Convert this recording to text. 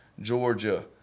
Georgia